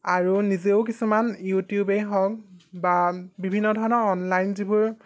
আৰু নিজেও কিছুমান ইউটিউবেই হওক বা বিভিন্ন ধৰণৰ অনলাইন যিবোৰ